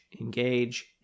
engage